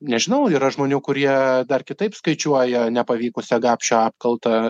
nežinau yra žmonių kurie dar kitaip skaičiuoja nepavykusią gapšio apkaltą